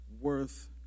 worth